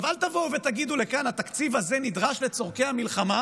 אל תבואו ותגידו שהתקציב הזה נדרש לצורכי המלחמה.